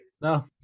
No